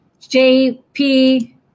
JP